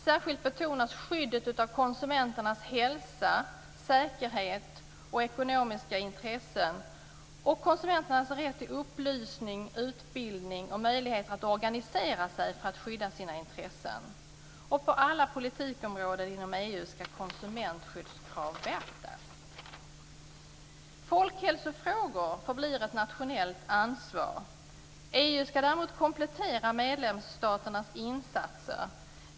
Särskilt betonas skyddet av konsumenternas hälsa, säkerhet och ekonomiska intressen samt konsumenternas rätt till upplysning, utbildning och möjligheter att organisera sig för att skydda sina intressen. På alla politikområden inom EU skall konsumentskyddskrav beaktas. Folkhälsofrågor förblir ett nationellt ansvar. EU skall däremot komplettera medlemsstaternas insatser.